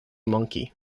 monkey